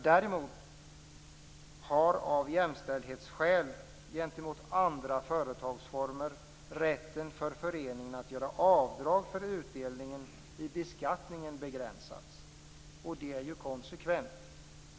Däremot har, av jämställdhetsskäl gentemot andra företagsformer, rätten för föreningen att göra avdrag för utdelning i beskattningen begränsats. Det är konsekvent.